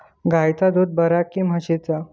गायचा दूध बरा काय म्हशीचा?